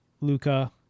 Luca